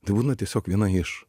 tai būna tiesiog viena iš